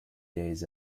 days